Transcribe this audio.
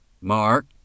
Mark